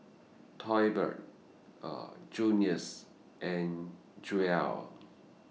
Tolbert Junius and Jewell